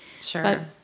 Sure